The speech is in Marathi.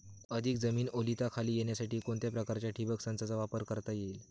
अधिक जमीन ओलिताखाली येण्यासाठी कोणत्या प्रकारच्या ठिबक संचाचा वापर करता येईल?